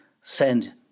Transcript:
send